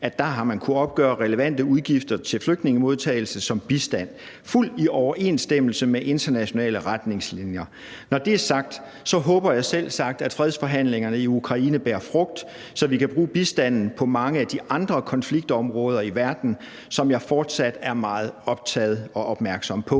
at man har kunnet opgøre relevante udgifter til flygtningemodtagelse som bistand – fuldt i overensstemmelse med internationale retningslinjer. Når det er sagt, håber jeg selvsagt, at fredsforhandlingerne i Ukraine bærer frugt, så vi kan bruge bistanden på mange af de andre konfliktområder i verden, som jeg fortsat er meget optaget af og opmærksom på.